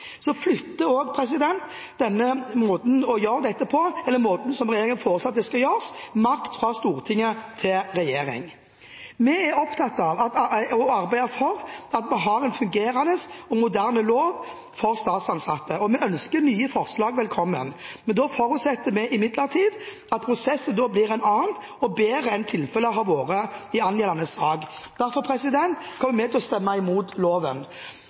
Så flytter også denne måten å gjøre det på – eller måten regjeringen foreslår at det skal gjøres på – makt fra Stortinget til regjeringen. Vi er opptatt av og arbeider for at vi skal ha en fungerende og moderne lov for statsansatte, og vi ønsker nye forslag velkommen. Men da forutsetter vi imidlertid at prosessen blir en annen og bedre enn tilfellet har vært i angjeldende sak. Derfor kommer vi til å stemme imot loven.